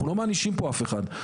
אנחנו לא מענישים פה אף אחד.